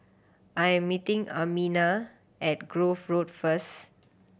I am meeting Amiah at Grove Road first